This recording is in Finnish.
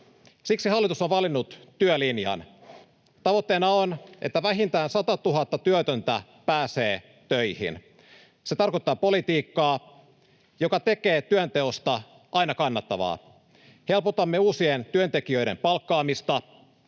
Siksi hallitus on valinnut työlinjan. Tavoitteena on, että vähintään 100 000 työtöntä pääsee töihin. Se tarkoittaa politiikkaa, joka tekee työnteosta aina kannattavaa. Helpotamme uusien työntekijöiden palkkaamista.